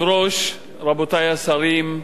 על עניין זה עתיד להשיב שר הפנים.